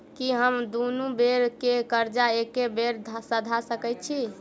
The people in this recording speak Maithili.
की हम दुनू बेर केँ कर्जा एके बेर सधा सकैत छी?